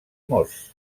morse